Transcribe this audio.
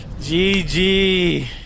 GG